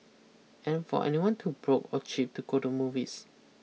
and for anyone too broke or cheap to go to movies